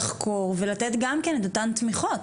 לחקור ולתת גם כן את אותן תמיכות.